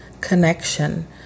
connection